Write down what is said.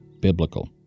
biblical